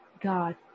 God